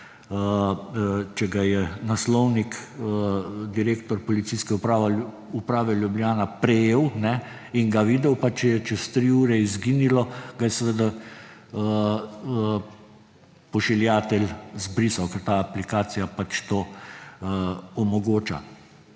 če ga je naslovnik, direktor Policijske uprave Ljubljana prejel in ga videl, pa če je čez tri ure izginilo, ga je seveda pošiljatelj izbrisal, ker ta aplikacija pač to omogoča.